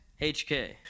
HK